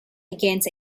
against